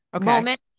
moment